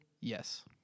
Yes